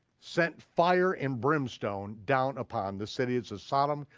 sent fire and brimstone down upon the cities of sodom,